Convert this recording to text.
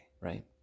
right